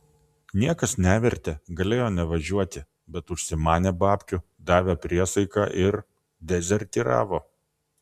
niekas nevertė galėjo nevažiuoti bet užsimanė babkių davė priesaiką ir dezertyravo